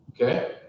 okay